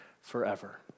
forever